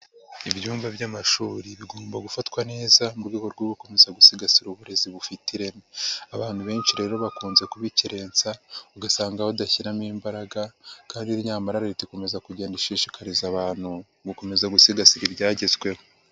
Ibyumba by'amashuri bigomba gufatwa neza mu rwego rwo gukomeza gusigasira uburezi bufite ireme, abantu benshi rero bakunze kubikerensa, ugasanga badashyiramo imbaraga kandi nyamara Leta ikomeza kugenda ishishikariza abantu, gukomeza gusigasira ibyagezweho.